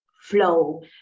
flow